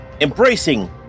Embracing